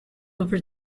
over